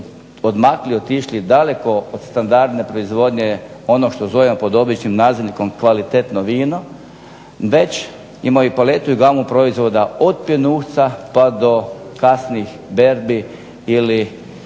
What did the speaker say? odmakli, otišli daleko od standardne proizvodnje, ono što zovemo pod običnim nazivnikom kvalitetno vino, već imaju paletu i …/Govornik se ne razumije./… proizvoda od pjenušca, pa do kasnih berbi ili